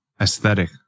aesthetic